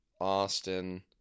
Austin